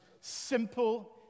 simple